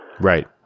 Right